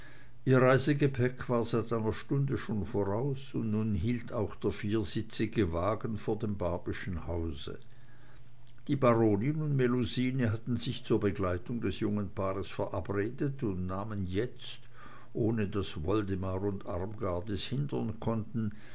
ihr reisegepäck war seit einer stunde schon voraus und nun hielt auch der viersitzige wagen vor dem barbyschen hause die baronin und melusine hatten sich zur begleitung des jungen paares miteinander verabredet und nahmen jetzt ohne daß woldemar und armgard es hindern konnten